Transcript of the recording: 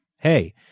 Hey